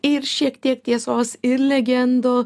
ir šiek tiek tiesos ir legendų